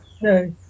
No